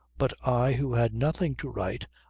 but i who had nothing to write,